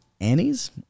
Annie's